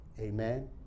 amen